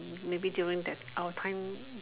maybe during our time